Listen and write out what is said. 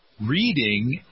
Reading